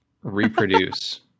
reproduce